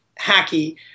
hacky